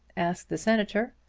asked the senator.